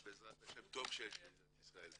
טוב שיש את מדינת ישראל.